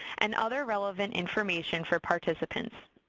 and other relevant information for participants.